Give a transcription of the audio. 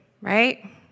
right